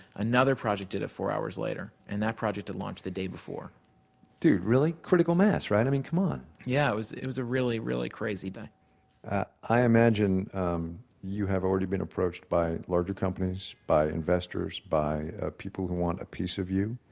another project did it four hours later. and that project had launched the day before dude, really? critical mass, right? i mean, come on yeah, it was it was a really, really crazy day i imagine um you have already been approached by larger companies, by investors, by ah people who want a piece of you.